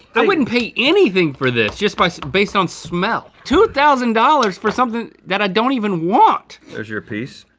i wouldn't pay anything for this just based based on smell. two thousand dollars for something that i don't even want. there's your piece.